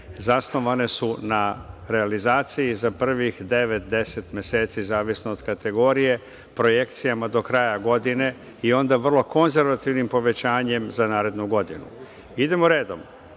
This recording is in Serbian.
zasnovane su na realizaciji za prvih devet-deset meseci, zavisno od kategorije, projekcijama do kraja godine i onda vrlo konzervativnim povećanjem za narednu godinu. Idemo redom.